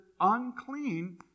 unclean